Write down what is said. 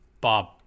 Bob